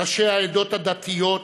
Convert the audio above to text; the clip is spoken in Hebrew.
ראשי העדות הדתיות,